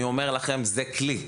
אני אומר לכם שזה כלי.